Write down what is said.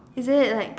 is it like